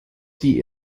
die